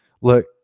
Look